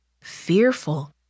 fearful